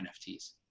NFTs